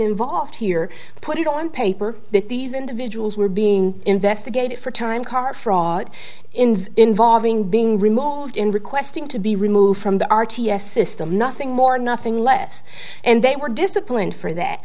involved here put it on paper that these individuals were being investigated for time card fraud in involving being removed in requesting to be removed from the r t s system nothing more nothing less and they were discipline for that